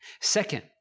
Second